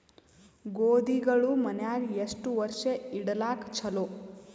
ಗೋಧಿಗಳು ಮನ್ಯಾಗ ಎಷ್ಟು ವರ್ಷ ಇಡಲಾಕ ಚಲೋ?